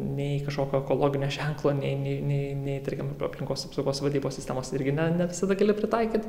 nei kažkokio ekologinio ženklo nei nei nei tarkim aplinkos apsaugos vadybos sistemos irgi ne ne visada gali pritaikyt